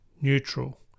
neutral